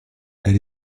elle